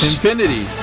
Infinity